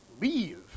leave